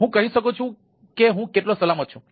તેથી હું કહી શકું છું કે હું કેટલો સલામત છું